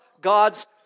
God's